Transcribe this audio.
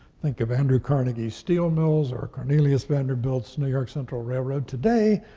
think of andrew carnegie steel mills or cornelius vanderbilt's new york central railroad. today,